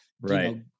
Right